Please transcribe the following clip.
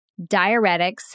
diuretics